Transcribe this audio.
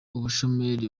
ubushomeri